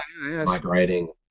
migrating